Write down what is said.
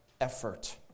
effort